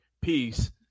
peace